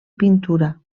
pintura